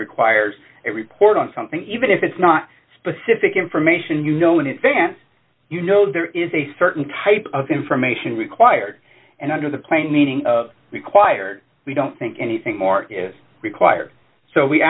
requires a report on something even if it's not specific information you know in advance you know there is a certain type of information required and under the plain meaning of required we don't think anything more required so we